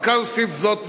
אבל כאן אוסיף: זאת ועוד.